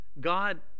God